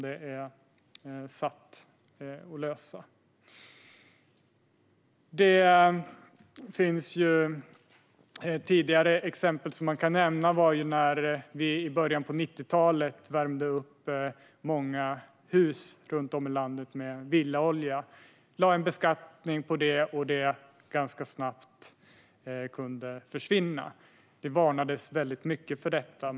Ett tidigare exempel är att många hus runt om i landet värmdes upp med villaolja i början av 90-talet. Det lades en beskattning på det, och det kunde försvinna ganska snabbt. Det varnades väldigt mycket för detta.